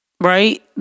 right